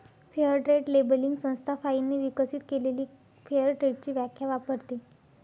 fair trade labelling संस्था फाइनने विकसित केलेली फेअर ट्रेडची व्याख्या वापरते